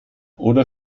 oder